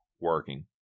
working